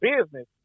business